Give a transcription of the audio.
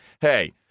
hey